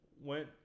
Went